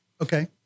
Okay